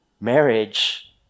Marriage